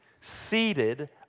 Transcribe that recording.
Seated